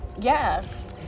Yes